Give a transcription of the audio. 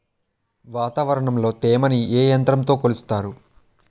వాతావరణంలో తేమని ఏ యంత్రంతో కొలుస్తారు?